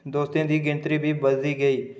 दोस्तें दी गिनतरी बी बधदी गेई